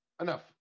enough